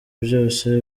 byose